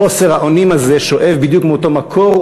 חוסר האונים הזה שואב בדיוק מאותו מקור,